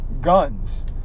guns